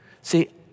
See